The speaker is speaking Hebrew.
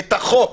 את החוק